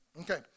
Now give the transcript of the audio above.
Okay